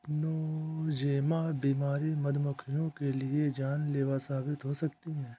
Nosema बीमारी मधुमक्खियों के लिए जानलेवा साबित हो सकती है